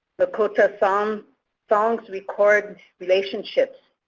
lakota songs songs record relationships.